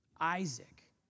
Isaac